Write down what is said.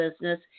business